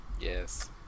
Yes